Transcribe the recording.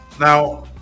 Now